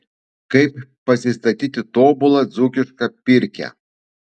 kaip pasistatyti tobulą dzūkišką pirkią